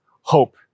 hope